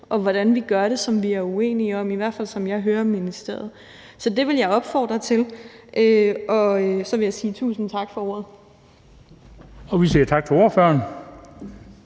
til hvordan vi gør det, som vi er uenige om, i hvert fald sådan som jeg hører det fra ministeriets side. Så det vil jeg opfordre til, og så vil jeg sige tusind tak for ordet. Kl. 18:45 Den fg. formand